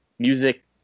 music